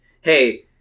hey